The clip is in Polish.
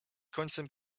końcem